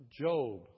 Job